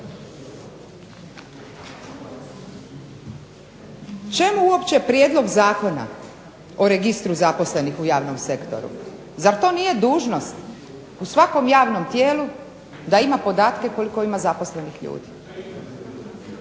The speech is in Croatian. Čemu uopće prijedlog Zakona o registru zaposlenih u javnom sektoru? Zar to nije dužnost u svakom javnom tijelu da ima podatke koliko ima zaposlenih ljudi